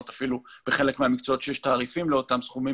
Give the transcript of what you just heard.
בחלק מהמקצועות אפילו יש תעריפים לאותם דברים,